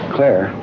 Claire